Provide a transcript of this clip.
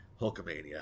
Hulkamania